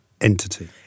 entity